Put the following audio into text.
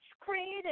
created